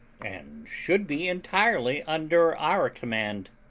and should be entirely under our command.